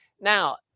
Now